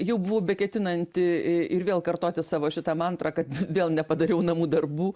jau buvau beketinanti ir vėl kartoti savo šitą mantrą kad vėl nepadariau namų darbų